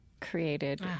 created